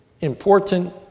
important